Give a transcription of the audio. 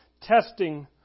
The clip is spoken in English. testing